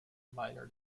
minor